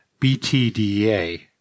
BTDA